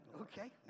Okay